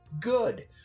good